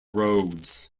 roads